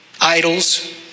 idols